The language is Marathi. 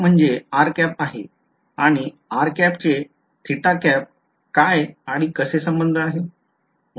तर म्हणजे आहे आणि चे काय आणि कसे संबंध आहे